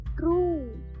true